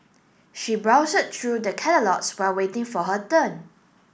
she through the catalogues while waiting for her turn